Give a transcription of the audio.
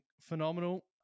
phenomenal